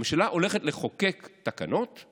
הממשלה הולכת לחוקק תקנות,